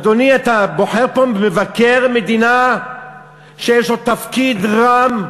אדוני, אתה בוחר פה מבקר מדינה שיש לו תפקיד רם,